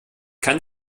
kann